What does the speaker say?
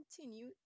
continue